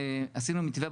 עשינו מתווה,